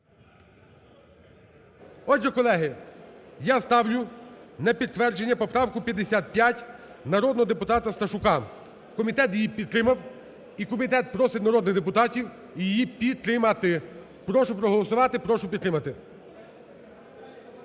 Отже, колеги, я ставлю на підтвердження поправку 55 народного депутата Сташука. Комітет її підтримав і комітет просить народних депутатів її підтримати. Прошу проголосувати, прошу підтримати.